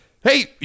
Hey